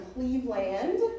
Cleveland